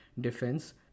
defense